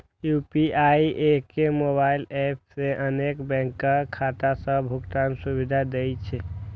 UPI एके mobile app मे अनेक बैंकक खाता सं भुगतान सुविधा दै छै